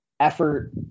Effort